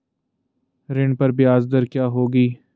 ऋण पर ब्याज दर क्या होगी?